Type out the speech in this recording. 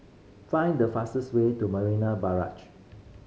find the fastest way to Marina Barrage